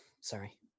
Sorry